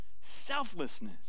selflessness